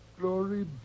glory